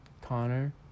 Connor